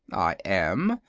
i am,